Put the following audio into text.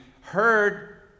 heard